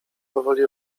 powoli